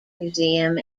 museum